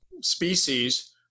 species